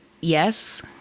yes